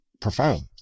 profound